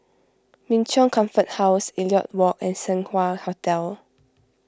Min Chong Comfort House Elliot Walk and Seng Wah Hotel